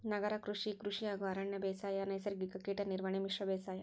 ನಗರ ಕೃಷಿ, ಕೃಷಿ ಹಾಗೂ ಅರಣ್ಯ ಬೇಸಾಯ, ನೈಸರ್ಗಿಕ ಕೇಟ ನಿರ್ವಹಣೆ, ಮಿಶ್ರ ಬೇಸಾಯ